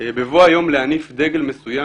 בבוא היום כשיצטרך להניף דגל מסוים,